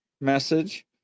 message